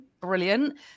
Brilliant